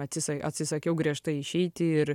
atsisa atsisakiau griežtai išeiti ir